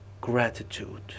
gratitude